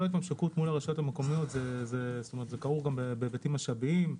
כל ההתממשקות מול הרשויות המקומיות זה כרוך גם בהיבטים משאביים,